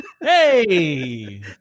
Hey